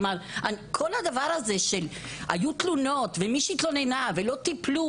כלומר כל הדבר הזה שהיו תלונות ומישהי התלוננה ולא טיפלו